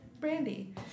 Brandy